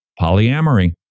polyamory